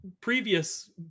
previous